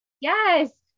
Yes